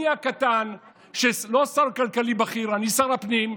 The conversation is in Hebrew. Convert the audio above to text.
אני הקטן, לא שר כלכלי בכיר, אני שר הפנים,